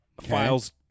Files